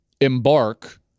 embark